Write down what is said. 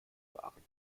waren